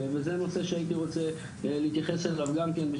וזה נושא שהייתי רוצה להתייחס אליו גם כן,